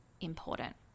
important